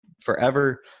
forever